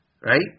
right